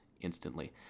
instantly